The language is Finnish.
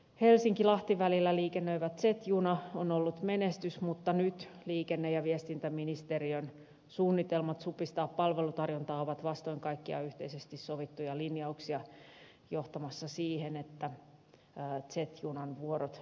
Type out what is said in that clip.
helsinkilahti välillä liikennöivä z juna on ollut menestys mutta nyt liikenne ja viestintäministeriön suunnitelmat supistaa palvelutarjontaa ovat vastoin kaikkia yhteisesti sovittuja linjauksia johtamassa siihen että z junan vuorot vähenevät